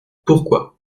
pourquoi